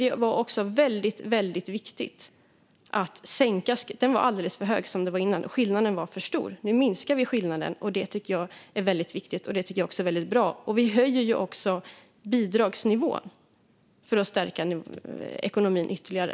Det var också väldigt viktigt att sänka skatten; den var alldeles för hög som den var tidigare. Skillnaden var för stor. Nu minskar vi skillnaden. Det tycker jag är väldigt viktigt och bra. Vi höjer ju också bidragsnivån för att stärka ekonomin ytterligare.